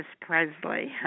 Presley